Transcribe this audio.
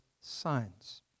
signs